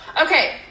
okay